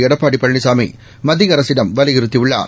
எடப்பாடி பழனிசாமி மத்திய அரசிடம் வலியுறுத்தியுள்ளார்